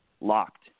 locked